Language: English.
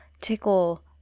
tickle